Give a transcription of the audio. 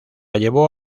llevó